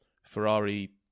Ferrari